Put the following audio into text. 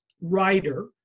writer